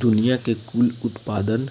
दुनिया के कुल उत्पादन